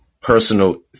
personal